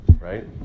right